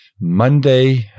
Monday